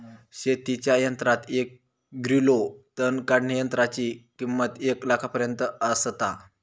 शेतीच्या यंत्रात एक ग्रिलो तण काढणीयंत्राची किंमत एक लाखापर्यंत आसता